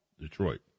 Detroit